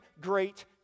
great